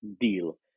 deal